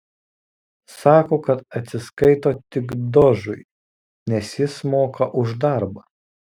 sako kad atsiskaito tik dožui nes jis moka už darbą